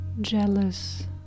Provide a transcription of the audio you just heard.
jealous